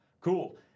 Cool